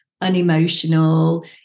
unemotional